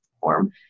form